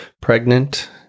Pregnant